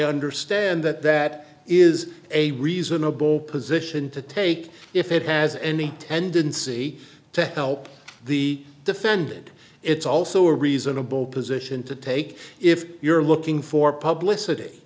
understand that that is a reasonable position to take if it has any tendency to help the defendant it's also a reasonable position to take if you're looking for publici